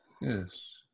Yes